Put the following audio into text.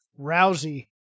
Rousey